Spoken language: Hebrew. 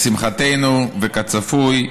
לשמחתנו וכצפוי,